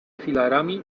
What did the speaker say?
filarami